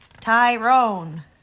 Tyrone